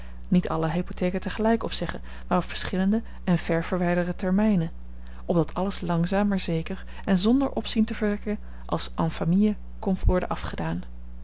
niet alle hypotheken tegelijk opzeggen maar op verschillende en ver verwijderde termijnen opdat alles langzaam maar zeker en zonder opzien te verwekken als en famille kon worden afgedaan